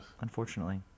unfortunately